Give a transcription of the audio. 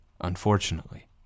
Unfortunately